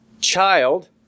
child